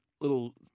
Little